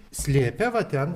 slėpė va ten